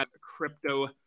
crypto